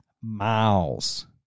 miles